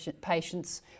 patients